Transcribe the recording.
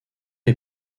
est